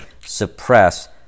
suppress